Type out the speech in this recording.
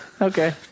Okay